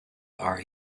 are